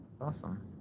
Awesome